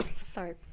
Sorry